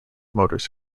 motors